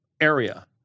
area